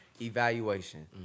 evaluation